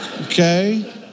Okay